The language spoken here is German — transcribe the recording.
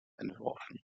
entworfen